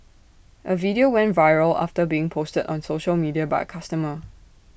A video went viral after being posted on social media by A customer